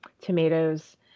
tomatoes